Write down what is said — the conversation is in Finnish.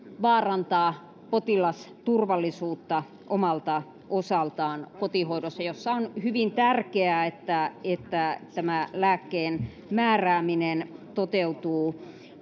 vaarantaa potilasturvallisuutta omalta osaltaan kotihoidossa jossa on hyvin tärkeää että että lääkkeen määrääminen toteutuu